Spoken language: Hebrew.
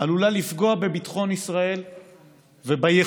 עלולה לפגוע בביטחון ישראל וביכולות